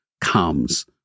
comes